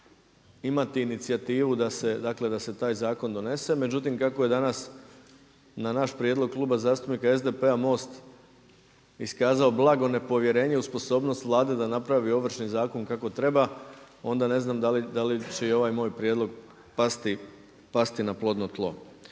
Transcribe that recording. imati inicijativu da se, dakle da se taj zakon donese. Međutim, kako je danas na naš prijedlog Kluba zastupnika SDP-a MOST iskazao blago nepovjerenje u sposobnost Vlade da napravi Ovršni zakon kako treba, onda ne znam da li će i ovaj moj prijedlog pasti na plodno tlo.